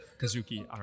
Kazuki